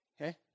okay